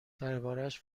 دربارهاش